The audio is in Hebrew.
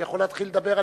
הוא יכול להתחיל לדבר.